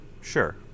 sure